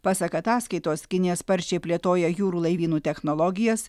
pasak ataskaitos kinija sparčiai plėtoja jūrų laivynų technologijas